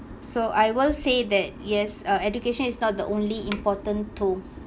so I will say that yes uh education is not the only important tool